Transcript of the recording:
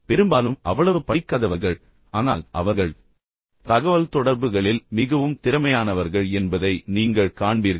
பெரும்பாலும் அவ்வளவு படிக்காதவர்கள் ஆனால் அவர்கள் தகவல்தொடர்புகளில் மிகவும் திறமையானவர்கள் என்பதை நீங்கள் காண்பீர்கள்